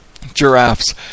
giraffes